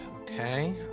okay